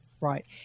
Right